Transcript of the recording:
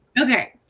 Okay